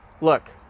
Look